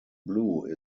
blue